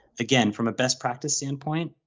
again, from a best practice standpoint,